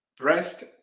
breast